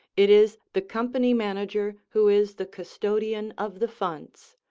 it is the company manager who is the custodian of the funds,